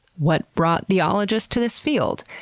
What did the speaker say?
what brought the ologist to this field?